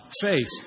faith